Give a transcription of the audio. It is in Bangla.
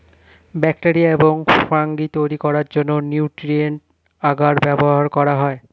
ব্যাক্টেরিয়া এবং ফাঙ্গি তৈরি করার জন্য নিউট্রিয়েন্ট আগার ব্যবহার করা হয়